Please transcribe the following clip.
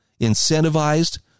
incentivized